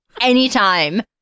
Anytime